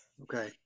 Okay